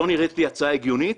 זו נראית לי הצעה הגיונית,